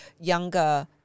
younger